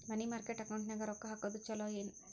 ಮನಿ market ಅಕೌಂಟಿನ್ಯಾಗ ರೊಕ್ಕ ಹಾಕುದು ಚುಲೊ ಏನು